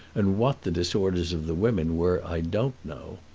and what the disorders of the women were i don't know.